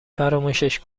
فراموشش